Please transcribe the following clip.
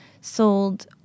sold